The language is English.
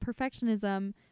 perfectionism